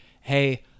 hey